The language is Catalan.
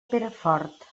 perafort